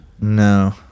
No